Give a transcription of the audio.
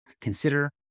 consider